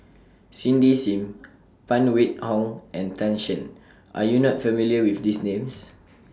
Cindy SIM Phan Wait Hong and Tan Shen Are YOU not familiar with These Names